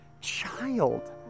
child